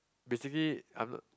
basically I'm not